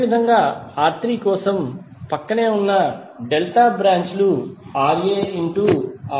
అదేవిధంగా R3 కోసం ప్రక్కనే ఉన్న డెల్టా బ్రాంచ్ లు RaRb